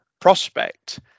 prospect